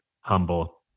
humble